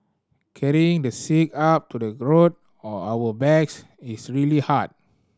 carrying the sick up to the road on our backs is really hard